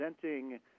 presenting